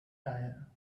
tire